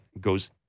goes